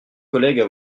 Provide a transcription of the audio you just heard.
collègues